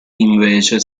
invece